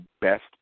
best